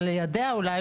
אבל ליידע אולי,